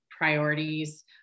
priorities